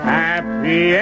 happy